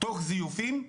תוך זיופים.